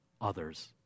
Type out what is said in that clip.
others